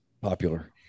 popular